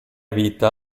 vita